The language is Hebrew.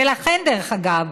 ולכן, דרך אגב,